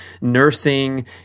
nursing